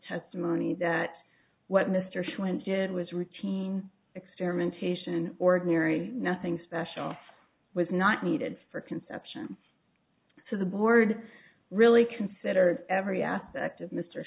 testimony that what mr sherman shit was routine experimentation ordinary nothing special was not needed for conception so the board really considered every aspect of mr